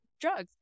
drugs